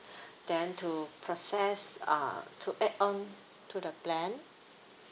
then to process uh to add on to the plan